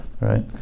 Right